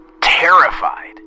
terrified